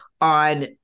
on